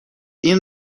این